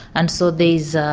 and so there's